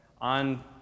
On